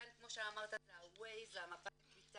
כאן כמו שאמרת זה הווייז שלהם.